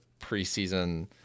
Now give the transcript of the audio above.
preseason